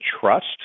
trust